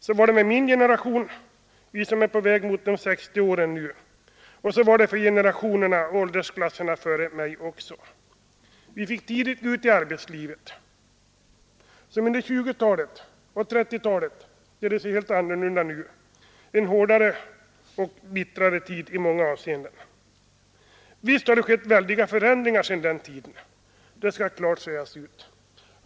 Så var det för min generation — vi som nu är på väg mot de 60 — och så var det för generationerna och årsklasserna före mig. Vi fick tidigt gå ut i arbetslivet, som under 1920 och 1930-talen tedde sig helt annorlunda än nu — en hårdare och bittrare tid i många avseenden. Visst har det skett väldiga förändringar sedan den tiden, det skall klart sägas ut.